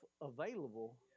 available